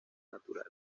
natural